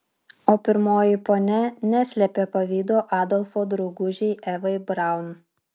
o pirmoji ponia neslėpė pavydo adolfo draugužei evai braun